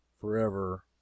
forever